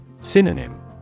Synonym